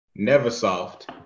Neversoft